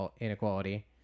inequality